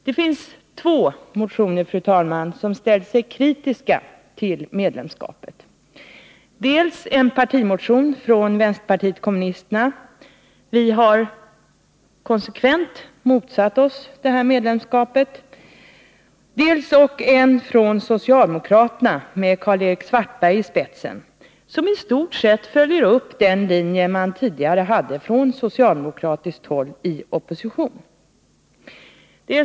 Det finns två motioner, fru talman, där man ställer sig kritisk till medlemskapet: dels en partimotion från vänsterpartiet kommunisterna — vi har konsekvent motsatt oss detta medlemskap — dels ock en motion från socialdemokraterna, med Karl-Erik Svartberg i spetsen, som i stort sett följer upp den linje man tidigare hade från socialdemokratiskt håll i opposition.